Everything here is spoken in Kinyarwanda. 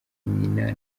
nyina